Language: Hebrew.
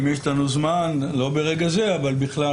אם יש לנו זמן לא ברגע זה אבל בכלל